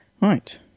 right